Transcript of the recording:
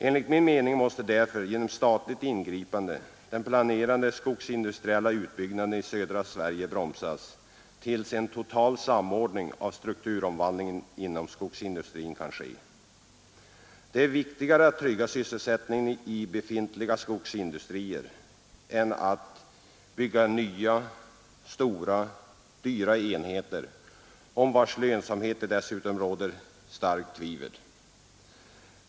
Enligt min mening måste därför, genom statligt ingripande, den planerade skogsindustriella utbyggnaden i södra Sverige bromsas tills en total samordning av strukturomvandlingen inom skogsindustrin kan ske. Det är viktigare att trygga sysselsättningen i befintliga skogsindustrier än att bygga nya, stora och dyra enheter om vilkas lönsamhet det dessutom råder starkt tvivel.